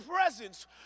presence